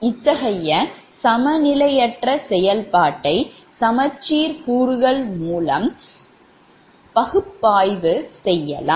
இத்தகைய சமநிலையற்ற செயல்பாட்டை சமச்சீர் கூறுகள் மூலம் பகுப்பாய்வு செய்யலாம்